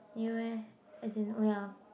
you eh as in oh ya